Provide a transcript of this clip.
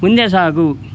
ಮುಂದೆ ಸಾಗು